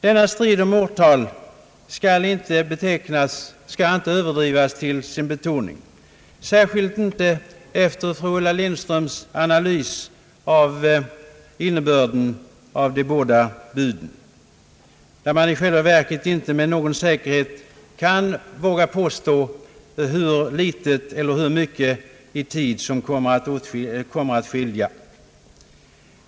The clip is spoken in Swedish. Denna strid om årtal skall inte överdrivas till sin betoning, särskilt inte efter fru Ulla Lindströms analys av innebörden av de båda buden. Man kan i själva verket inte med säkerhet påstå hur litet eller hur mycket i tid som reellt skiljer de olika förslagen.